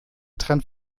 trend